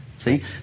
See